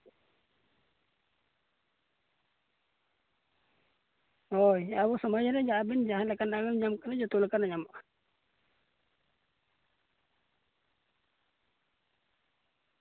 ᱦᱳᱭ ᱟᱵᱚ ᱥᱚᱢᱟᱡᱽ ᱨᱮᱱ ᱟᱹᱵᱤᱱ ᱡᱟᱦᱟᱸᱞᱮᱠᱟᱱᱟᱜ ᱵᱤᱱ ᱧᱟᱢ ᱠᱟᱱᱟ ᱡᱚᱛᱚ ᱞᱮᱠᱟᱱᱟᱜ ᱧᱟᱢᱚᱜᱼᱟ